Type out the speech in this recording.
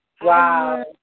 Wow